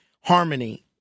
Harmony